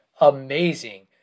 amazing